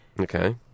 Okay